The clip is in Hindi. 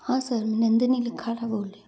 हाँ सर में नंदिनी लिखाड़ा बोल रही हूँ